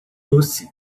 doce